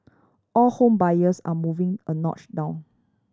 all home buyers are moving a notch down